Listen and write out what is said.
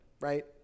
right